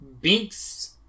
Binks